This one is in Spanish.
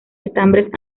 estambres